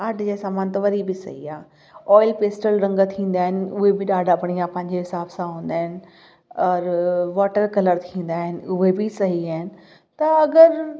art जा सामान त वरी बि सही आहे ऑइल पेस्टल रंग थींदा आहिनि उहे बि ॾाढा बढ़िया पंहिंजे हिसाब सां हूंदा आहिनि और वॉटर कलर थींदा आहिनि उहे बि सही आहिनि त अगरि